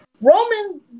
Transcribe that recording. Roman